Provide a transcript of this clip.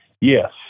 Yes